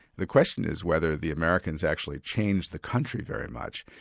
the question is whether the americans actually changed the country very much.